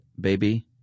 baby